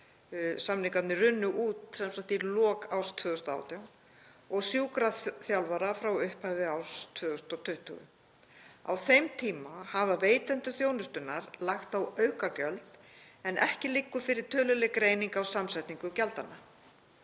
samningarnir runnu út í lok árs 2018, og sjúkraþjálfara frá upphafi árs 2020. Á þeim tíma hafa veitendur þjónustunnar lagt á aukagjöld en ekki liggur fyrir töluleg greining á samsetningu gjaldanna.